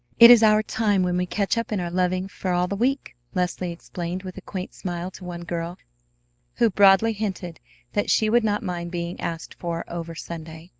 it is our time when we catch up in our loving for all the week, leslie explained with a quaint smile to one girl who broadly hinted that she would not mind being asked for over sunday.